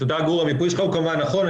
תודה, גור, המיפוי שלך הוא, כמובן, נכון.